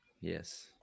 Yes